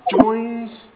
joins